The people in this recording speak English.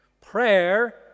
Prayer